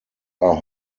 are